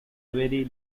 very